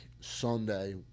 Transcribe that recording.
Sunday